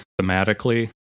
thematically